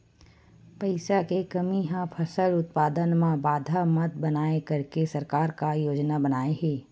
पईसा के कमी हा फसल उत्पादन मा बाधा मत बनाए करके सरकार का योजना बनाए हे?